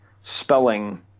spelling